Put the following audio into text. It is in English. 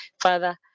Father